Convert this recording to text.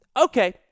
Okay